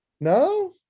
No